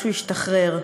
משהו השתחרר.